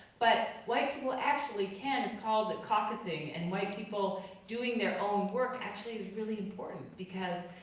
but white people actually can, it's called caucusing, and white people doing their own work, actually is really important because